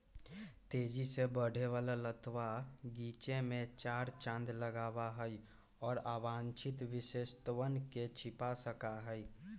तेजी से बढ़े वाला लतवा गीचे में चार चांद लगावा हई, और अवांछित विशेषतवन के छिपा सका हई